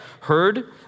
heard